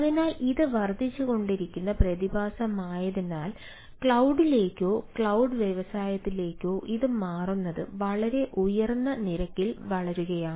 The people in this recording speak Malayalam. അതിനാൽ ഇത് വർദ്ധിച്ചുകൊണ്ടിരിക്കുന്ന പ്രതിഭാസമായതിനാൽ ക്ലൌഡിലേക്കോ ക്ലൌഡ് വ്യവസായത്തിലേക്കോ ഇത് മാറുന്നത് വളരെ ഉയർന്ന നിരക്കിൽ വളരുകയാണ്